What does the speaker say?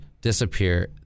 disappear